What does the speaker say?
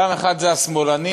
פעם אחת זה השמאלנים,